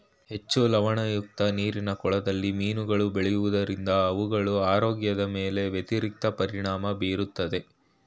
ಹೆಚ್ಚು ಲವಣಯುಕ್ತ ನೀರಿನ ಕೊಳದಲ್ಲಿ ಮೀನುಗಳು ಬೆಳೆಯೋದರಿಂದ ಅವುಗಳ ಆರೋಗ್ಯದ ಮೇಲೆ ವ್ಯತಿರಿಕ್ತ ಪರಿಣಾಮ ಬೀರುತ್ತದೆ